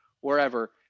wherever